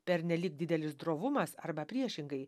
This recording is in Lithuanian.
pernelyg didelis drovumas arba priešingai